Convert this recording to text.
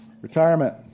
retirement